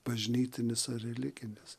bažnytinis ar religinis